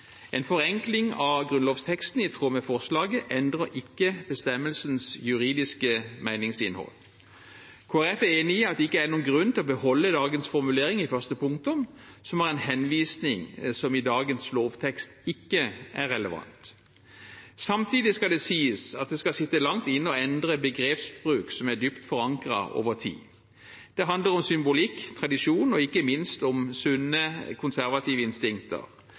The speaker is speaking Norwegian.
En forenkling av grunnlovsteksten i tråd med forslaget endrer ikke bestemmelsens juridiske meningsinnhold. Kristelig Folkeparti er enig i at det ikke er noen grunn til å beholde dagens formulering i første punktum, som har en henvisning som i dagens lovtekst ikke er relevant. Samtidig skal det sies at det skal sitte langt inne å endre en begrepsbruk som er dypt forankret over tid. Det handler om symbolikk, tradisjon og ikke minst om sunne konservative instinkter.